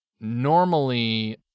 normally